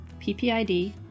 PPID